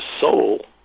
soul